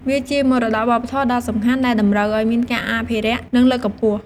វាជា មរតកវប្បធម៌ដ៏សំខាន់ ដែលតម្រូវឱ្យមានការអភិរក្ស និងលើកកម្ពស់។